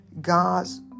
God's